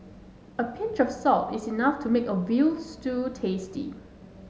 a pinch of salt is enough to make a veal stew tasty